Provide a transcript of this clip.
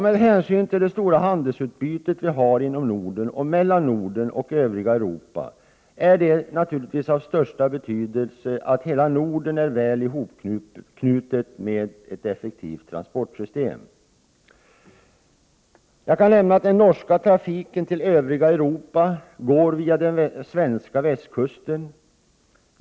Med hänsyn till det stora handelsutbytet vi har inom Norden och mellan Norden och övriga Europa är det av största betydelse att hela Norden är väl ihopknutet genom ett effektivt transportsystem. Den norska trafiken till övriga Europa går via den svenska västkusten.